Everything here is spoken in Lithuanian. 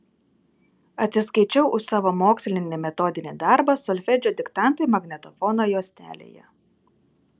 atsiskaičiau už savo mokslinį metodinį darbą solfedžio diktantai magnetofono juostelėje